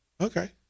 Okay